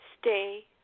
Stay